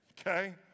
okay